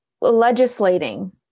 legislating